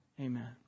Amen